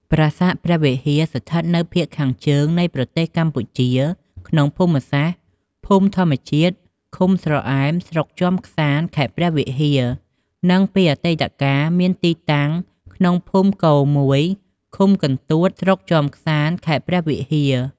ប្រាសាទព្រះវិហារ ស្ថិតនៅភាគខាងជើងនៃប្រទេសកម្ពុជាក្នុងភូមិសាស្ត្រ ភូមិធម្មជាតិ ឃុំស្រអែម ស្រុកជាំខ្សាន្ត ខេត្តព្រះវិហារ និងពីអតីកាលមានទីតាំងក្នុងភូមិគ១ ឃុំកន្ទួត ស្រុកជាំក្សាន្ត ខេត្តព្រះវិហារ។